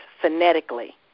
phonetically